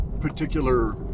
particular